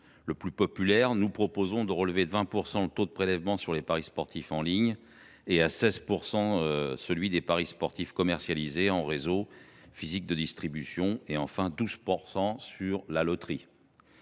le sport populaire, nous proposons de relever à 20 % le taux de prélèvement sur les paris sportifs en ligne, à 16 % celui sur les paris sportifs commercialisés en réseau physique de distribution, et à 12 % celui